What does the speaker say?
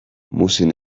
muzin